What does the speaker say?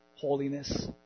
holiness